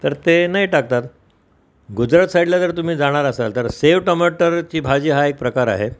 तर ते नाही टाकणार गुजरात साईडला जर तुम्ही जाणार असाल तर सेव टमाटरची भाजी हा एक प्रकार आहे